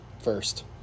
first